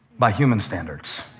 by human standards.